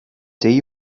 dave